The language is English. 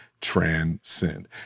transcend